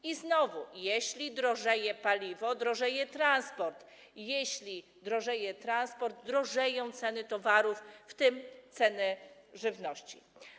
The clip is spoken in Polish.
I, znowu, jeśli drożeje paliwo, drożeje transport, jeśli drożeje transport, drożeją ceny towarów, w tym ceny żywności.